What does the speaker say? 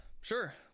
sure